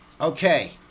okay